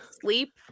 Sleep